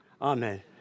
Amen